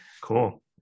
Cool